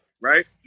right